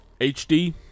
HD